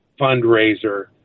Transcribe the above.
fundraiser